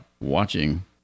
watching